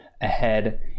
ahead